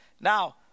now